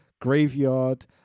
graveyard